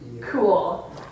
Cool